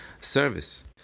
service